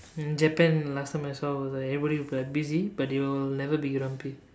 in Japan last time I saw was like everyone will be like busy but they will never be grumpy